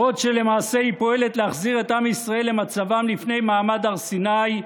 בעוד שלמעשה היא פועלת להחזיר את עם ישראל למצבם לפני מעמד הר סיני,